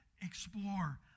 explore